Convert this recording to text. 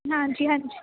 ਹਾਂਜੀ ਹਾਂਜੀ